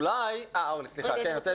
אני רוצה